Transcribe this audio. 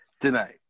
tonight